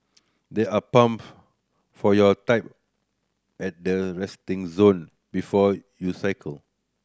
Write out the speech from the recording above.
there are pumps for your type at the resting zone before you cycle